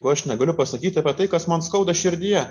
ko aš negaliu pasakyt apie tai kas man skauda širdyje